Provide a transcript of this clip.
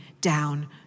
down